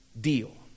Deal